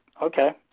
Okay